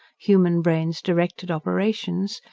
human brains directed operations,